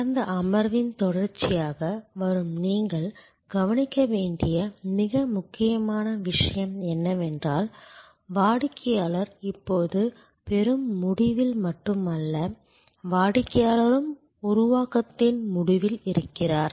கடந்த அமர்வின் தொடர்ச்சியாக வரும் நீங்கள் கவனிக்க வேண்டிய மிக முக்கியமான விஷயம் என்னவென்றால் வாடிக்கையாளர் இப்போது பெறும் முடிவில் மட்டுமல்ல வாடிக்கையாளரும் உருவாக்கத்தின் முடிவில் இருக்கிறார்